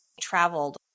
traveled